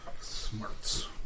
Smarts